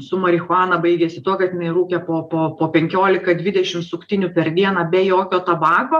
su marichuana baigėsi tuo kad jinai rūkė po po po penkiolika dvidešim suktinių per dieną be jokio tabako